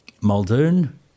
Muldoon